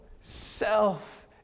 self